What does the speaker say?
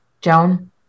Joan